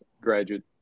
graduate